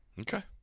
Okay